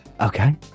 Okay